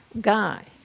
guy